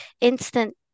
instant